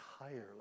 entirely